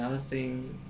another thing